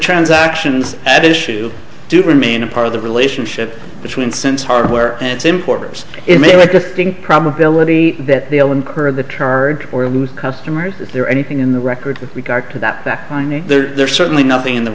transactions at issue do remain a part of the relationship between since hardware and its importers it may want to think probability that they'll incur the charge or lose customers is there anything in the record with regard to that that there's certainly nothing in the